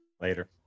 later